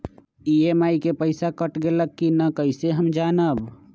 EMI के पईसा कट गेलक कि ना कइसे हम जानब?